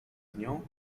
nią